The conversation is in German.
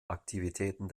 aktivitäten